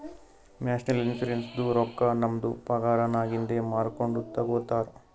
national ಇನ್ಶುರೆನ್ಸದು ರೊಕ್ಕಾ ನಮ್ದು ಪಗಾರನ್ನಾಗಿಂದೆ ಮೂರ್ಕೊಂಡು ತಗೊತಾರ್